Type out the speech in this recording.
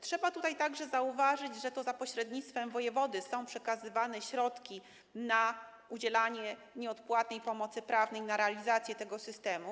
Trzeba także zauważyć, że to za pośrednictwem wojewody są przekazywane środki na udzielanie nieodpłatnej pomocy prawnej, na realizację tego systemu.